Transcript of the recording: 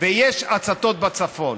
ויש הצתות בצפון?